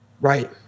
right